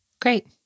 Great